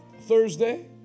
Thursday